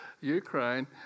Ukraine